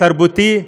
תרבותי,